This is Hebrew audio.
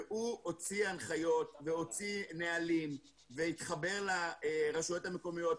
והוא הוציא הנחיות והוציא נהלים והתחבר לרשויות המקומיות.